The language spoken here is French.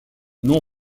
non